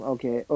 Okay